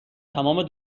تمام